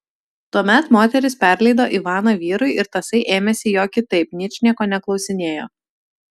tuomet moteris perleido ivaną vyrui ir tasai ėmėsi jo kitaip ničnieko neklausinėjo